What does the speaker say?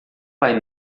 pai